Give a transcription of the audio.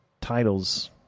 titles